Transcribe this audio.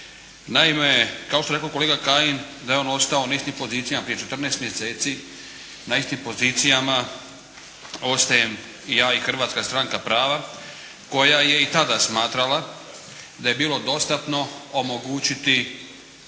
Naime, kao što je rekao kolega Kajin da je on ostao na istim pozicijama prije 14 mjeseci, na istim pozicijama ostajem i ja i Hrvatska stranka prava koja je i tada smatrala da je bilo dostatno omogućiti